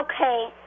Okay